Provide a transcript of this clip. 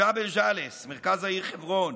בג'בל ג'אלס, מרכז העיר חברון,